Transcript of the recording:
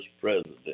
president